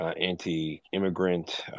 anti-immigrant